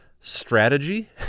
strategy